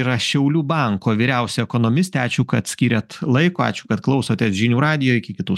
yra šiaulių banko vyriausia ekonomistė ačiū kad skyrėt laiko ačiū kad klausotės žinių radijo iki kitų